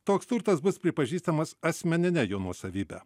toks turtas bus pripažįstamas asmenine jo nuosavybe